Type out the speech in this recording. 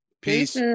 Peace